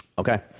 Okay